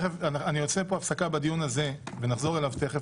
אני עושה פה הפסקה בדיון הזה ונחזור אליו תכף.